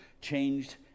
changed